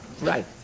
Right